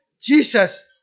Jesus